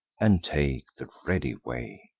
and take the ready way.